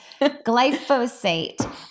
Glyphosate